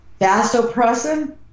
Vasopressin